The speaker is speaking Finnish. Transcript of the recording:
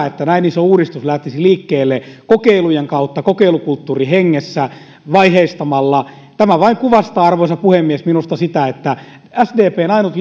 että näin iso uudistus lähtisi liikkeelle kokeilujen kautta kokeilukulttuurin hengessä vaiheistamalla tämä vain kuvastaa arvoisa puhemies minusta sitä että sdpn ainut